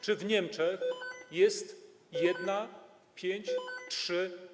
Czy w Niemczech jest jedna, pięć, trzy.